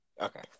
Okay